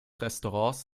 restaurants